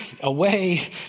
away